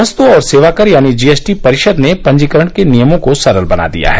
वस्तु और सेवाकर यानी जीएसटी परिषद ने पंजीकरण के नियमों को सरल बना दिया है